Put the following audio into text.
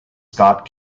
scott